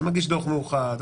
אתה מגיש דוח מאוחד,